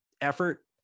effort